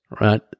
right